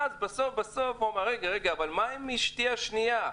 בסוף הוא אמר: רגע, אבל מה עם אשתי השנייה?